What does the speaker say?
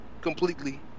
completely